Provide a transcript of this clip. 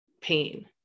pain